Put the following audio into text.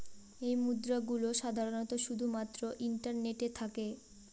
এই মুদ্রা গুলো সাধারনত শুধু মাত্র ইন্টারনেটে থাকে